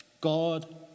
God